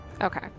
Okay